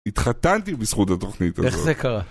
התחתנתי בזכות התוכנית הזאת. איך זה קרה?